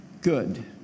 good